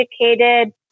educated